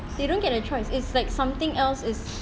they don't get a choice it's like something else is